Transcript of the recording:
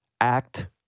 Act